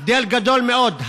הבדל גדול מאוד.